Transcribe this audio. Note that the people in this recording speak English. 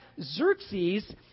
Xerxes